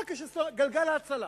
גלגל ההצלה.